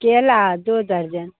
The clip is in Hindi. केला दो दर्जन